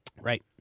Right